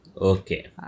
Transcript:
Okay